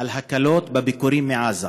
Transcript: על הקלות בביקורים מעזה.